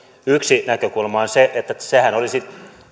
yksi näkökulma on se että sehän olisi